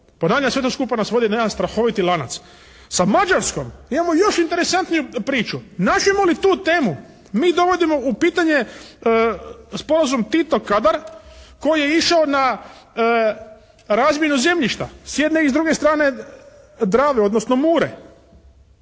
Ponavljam, sve to skupa nas vodi na jedan strahoviti lanac. Sa Mađarskom imamo još interesantniju priču. Načnemo li tu temu mi dovodimo u pitanje sporazum Titov kadar koji je išao na razmjenu zemljišta s jedne i s druge strane Drave, odnosno Mure.